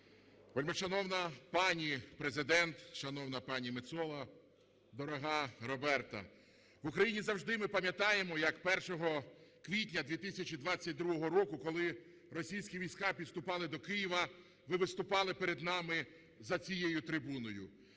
Вельмишановна пані Президент, шановна пані Мецола, дорога Роберта! В Україні завжди ми пам'ятаємо, як 1 квітня 2022 року, коли російські війська підступали до Києва, ви виступали перед нами за цією трибуною.